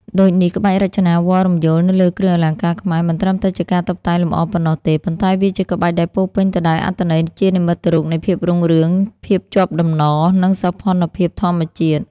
ដូចនេះ ក្បាច់រចនាវល្លិ៍រំយោលនៅលើគ្រឿងអលង្ការខ្មែរមិនត្រឹមតែជាការតុបតែងលម្អប៉ុណ្ណោះទេ ប៉ុន្តែវាជាក្បាច់ដែលពោរពេញទៅដោយអត្ថន័យជានិមិត្តរូបនៃភាពរុងរឿង ភាពជាប់តំណ និងសោភ័ណភាពធម្មជាតិ។